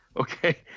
okay